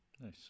Nice